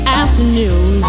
afternoon